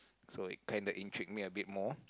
so that kinda intrigued me a bit more